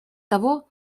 того